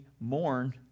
mourn